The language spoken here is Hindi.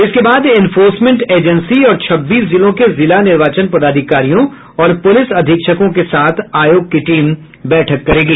इसके बाद इंफोर्समेंट एजेंसी और छब्बीस जिलों के जिला निर्वाचन पदाधिकारियों और पुलिस अधीक्षकों के साथ आयोग की टीम बैठक करेगी